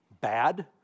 bad